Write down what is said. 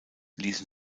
ließen